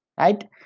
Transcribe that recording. right